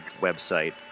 website